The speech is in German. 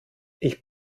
ich